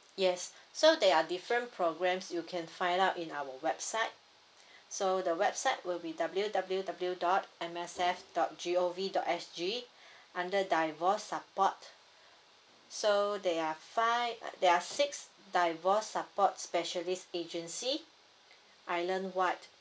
yes so there are different programs you can find out in our website so the website will be w w w dot M S F dot G_O_V dot S_G under divorce support so they are five there are six divorce support specialist agency island wide